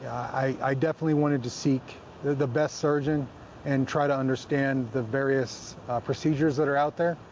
i definitely wanted to seek the the best surgeon and try to understand the various procedures that are out there.